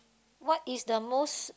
what is the most